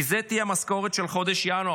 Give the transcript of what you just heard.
כי זו תהיה המשכורת של חודש ינואר,